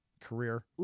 career